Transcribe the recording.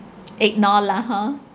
ignore lah hor